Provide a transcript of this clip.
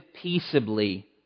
peaceably